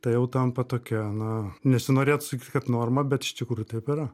tai jau tampa tokia na nesinorėtų sakyt kad norma bet iš tikrųjų taip yra